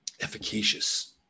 efficacious